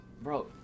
bro